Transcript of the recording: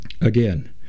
again